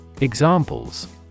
Examples